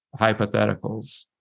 hypotheticals